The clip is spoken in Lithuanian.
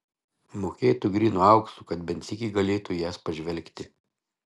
mokėtų grynu auksu kad bent sykį galėtų į jas pažvelgti